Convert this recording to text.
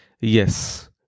Yes